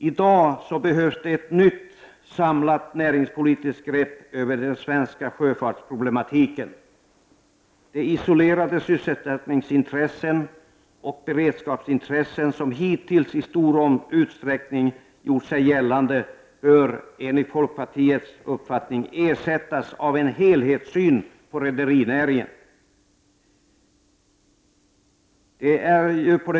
I dag behövs ett nytt samlat näringspolitiskt grepp över den svenska sjöfartsproblematiken. De isolerade sysselsättningsintressen och beredskapsintressen som hittills i stor utsträckning har gjort sig gällande bör enligt folkpartiets uppfattning ersättas av en helhetssyn på rederinäringen.